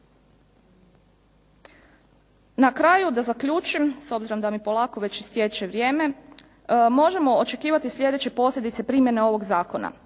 Na kraju, da zaključim, s obzirom da mi polako već istječe vrijeme, možemo očekivati sljedeće posljedice primjene ovog zakona.